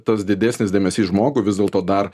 tas didesnis dėmesys žmogų vis dėlto dar